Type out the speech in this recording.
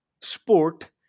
sport